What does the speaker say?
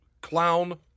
Clown